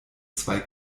zwei